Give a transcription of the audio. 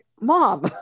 mom